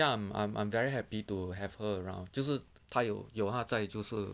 ya I'm I'm I'm very happy to have her around 就是他有有他在就是